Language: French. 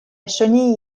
chenille